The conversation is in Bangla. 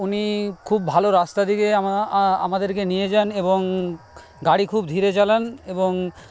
উনি খুব ভালো রাস্তা দিয়ে আমাদেরকে নিয়ে যান এবং গাড়ি খুব ধীরে চালান এবং